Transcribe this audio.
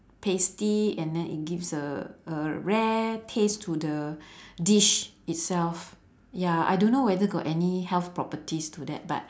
pasty and then it gives a a rare taste to the dish itself ya I don't know whether got any health properties to that but